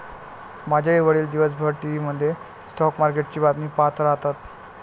माझे वडील दिवसभर टीव्ही मध्ये स्टॉक मार्केटची बातमी पाहत राहतात